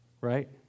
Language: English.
right